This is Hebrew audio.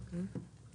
אני איתך.